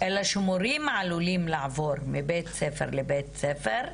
אלא שמורים עלולים לעבור מבית ספר לבית ספר.